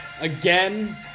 again